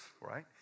right